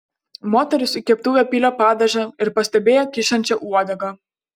moteris į keptuvę pylė padažą ir pastebėjo kyšančią uodegą